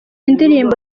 ndirimbo